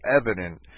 evident